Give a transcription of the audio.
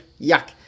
yuck